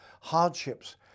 hardships